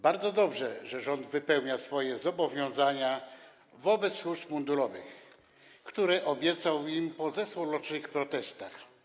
Bardzo dobrze, że rząd wypełnia swoje zobowiązania wobec służb mundurowych, które obiecał im po zeszłorocznych protestach.